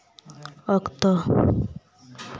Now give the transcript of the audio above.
ᱚᱠᱛᱚ